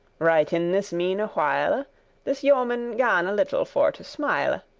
right in this meane while this yeoman gan a little for to smile.